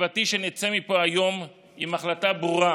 תקוותי היא שנצא מפה היום עם החלטה ברורה